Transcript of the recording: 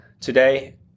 Today